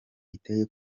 iteye